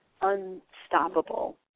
unstoppable